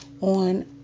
on